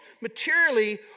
materially